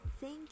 Thank